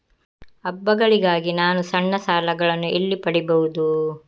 ಹಬ್ಬಗಳಿಗಾಗಿ ನಾನು ಸಣ್ಣ ಸಾಲಗಳನ್ನು ಎಲ್ಲಿ ಪಡಿಬಹುದು?